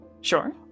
Sure